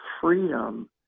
freedom